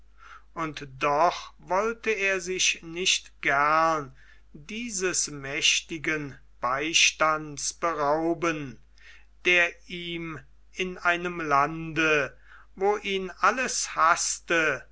und doch wollte er sich nicht gern dieses mächtigen beistands berauben der ihm in einem lande wo ihn alles haßte